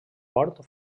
port